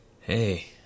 Hey